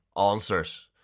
answers